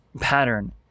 pattern